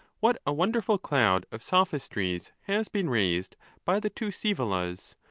what a won derful cloud of sophistries has been raised by the two scsevolas,